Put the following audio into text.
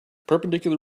perpendicular